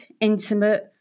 intimate